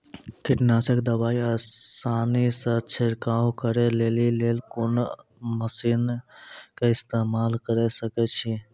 कीटनासक दवाई आसानीसॅ छिड़काव करै लेली लेल कून मसीनऽक इस्तेमाल के सकै छी?